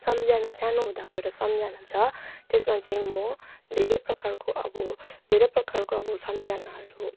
सम्झना सानो हुँदाको एउटा सम्झना छ त्यसमा चाहिँ म धेरै प्रकारको अब धेरै प्रकारको अब सम्झनाहरू